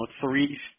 three